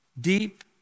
Deep